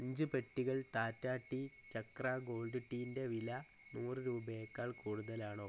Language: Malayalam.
അഞ്ച് പെട്ടികൾ ടാറ്റ ടീ ചക്ര ഗോൾഡ് ടീയിന്റെ വില നൂറ് രൂപയേക്കാൾ കൂടുതലാണോ